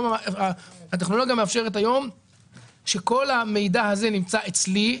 הטכנולוגיה מאפשרת היום שכל המידע הזה נמצא אצלי,